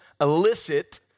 elicit